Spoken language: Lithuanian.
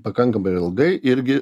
pakankamai ilgai irgi